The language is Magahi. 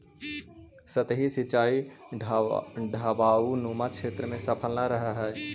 सतही सिंचाई ढवाऊनुमा क्षेत्र में सफल न रहऽ हइ